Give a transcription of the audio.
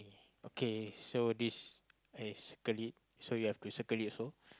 okay so this is circle it so you have to circle it also